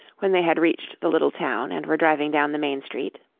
when they had reached the little town and were driving down the main street.